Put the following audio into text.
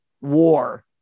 war